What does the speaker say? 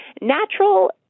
natural